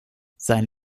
seinen